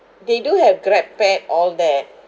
they do have grabpay all that